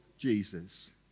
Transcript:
Jesus